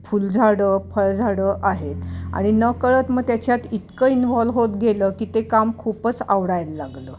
फुलझाडं फळझाडं आहेत आणि नकळत मग त्याच्यात इतकं इनव्हॉल होत गेलं की ते काम खूपच आवडायला लागलं